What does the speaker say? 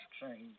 change